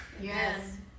Yes